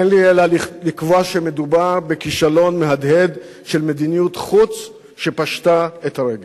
אין לי אלא לקבוע שמדובר בכישלון מהדהד של מדיניות חוץ שפשטה את הרגל.